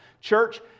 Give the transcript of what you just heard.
Church